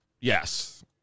yes